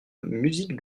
musique